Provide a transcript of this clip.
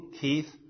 Keith